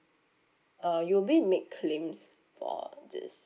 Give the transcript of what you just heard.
uh you will be make claims for this